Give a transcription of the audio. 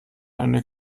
eine